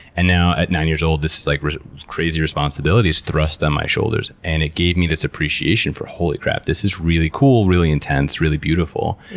and now at nine years old this like crazy responsibility is thrust on my shoulders, and it gave me this appreciation for, holy crap, this is really cool, really intense, really beautiful.